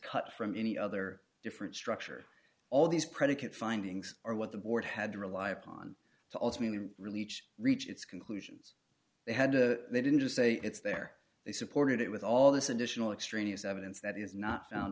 cut from any other different structure all these predicate findings are what the board had to rely upon to ultimately really each reach its conclusions they had to they didn't just say it's there they supported it with all this additional extraneous evidence that is not found